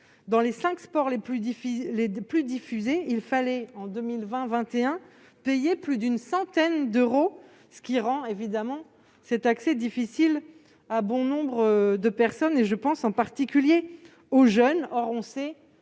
dans les cinq sports les plus diffusés, il fallait, en 2020-2021, payer plus d'une centaine d'euros ! Il est évident qu'il est alors difficile pour bon nombre de personnes- je pense en particulier aux jeunes